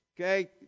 okay